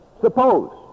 suppose